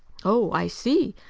oh, i see.